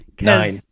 Nine